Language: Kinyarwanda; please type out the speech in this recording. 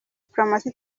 promosiyo